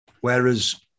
whereas